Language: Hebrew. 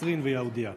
קצרין ויהודייה.